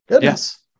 Yes